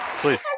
please